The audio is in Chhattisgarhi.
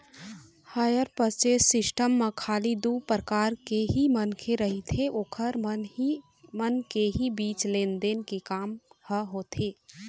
हायर परचेस सिस्टम म खाली दू परकार के ही मनखे रहिथे ओखर मन के ही बीच लेन देन के काम ह होथे